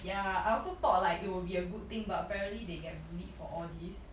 ya I also thought like it'll be a good thing but apparently they get bullied for all these